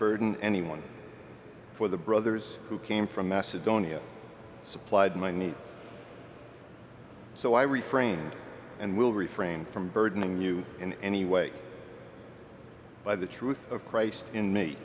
burden anyone for the brothers who came from macedonia supplied my need so i refrained and will refrain from burdening you in any way by the truth of christ in me